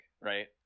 right